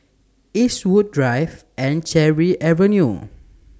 Eastwood Drive and Cherry Avenue